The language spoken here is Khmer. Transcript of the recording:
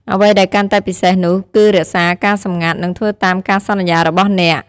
អ្វីដែលកាន់តែពិសេសនោះ គឺរក្សាការសម្ងាត់ និងធ្វើតាមការសន្យារបស់អ្នក។